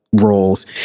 roles